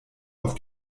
auf